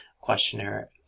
questionnaire